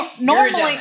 normally